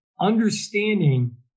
understanding